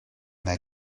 they